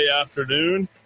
afternoon